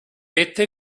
este